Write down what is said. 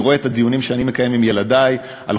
אני רואה את הדיונים שאני מקיים עם ילדי על